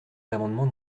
l’amendement